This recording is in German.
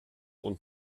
und